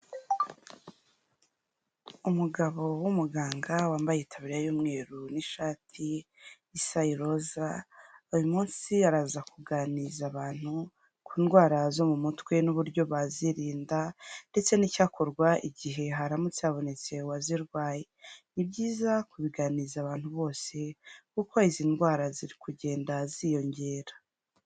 Umugabo w'umuganga wambaye itaburiya y'umweru n'ishati isa iroza, uyu munsi araza kuganiriza abantu ku ndwara zo mu mutwe n'uburyo bazirinda ndetse n'icyakorwa igihe haramutse habonetse uwazirwaye. Ni byiza kubiganiriza abantu bose, kuko izi ndwara ziri kugenda ziyongera.